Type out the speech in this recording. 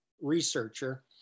researcher